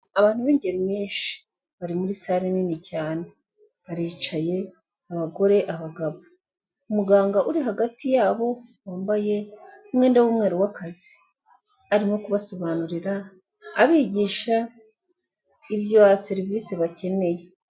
Abantu b'ingeri nyinshi bari muri sale nini cyane, baricaye abagore abagabo, umuganga uri hagati yabo wambaye umwenda w'umweru w'akazi arimo kubasobanurira abigisha ibya serivisi bakeneye.